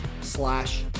slash